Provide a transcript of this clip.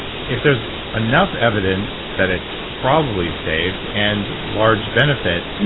if there's enough evidence that it's probably safe and large benefit,